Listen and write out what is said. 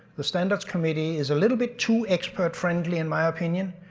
the standards committee is a little bit too expert friendly in my opinion.